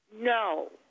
No